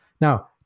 Now